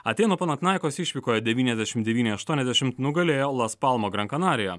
atėnų panatnaikos išvykoje devyniasdešim devyni aštuoniasdešimt nugalėjo las palmo gran kanariją